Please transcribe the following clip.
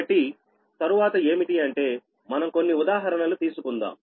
కాబట్టి తరువాత ఏమిటి అంటే మనం కొన్ని ఉదాహరణలు తీసుకుందాం